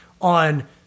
on